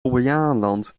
bobbejaanland